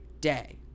day